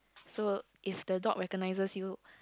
so if the dog recognises you